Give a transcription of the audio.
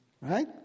right